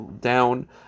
down